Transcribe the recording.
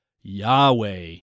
Yahweh